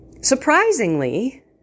Surprisingly